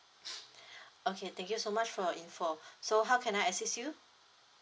okay thank you so much for your information so how can I assist you